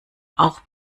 auch